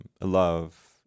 love